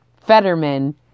Fetterman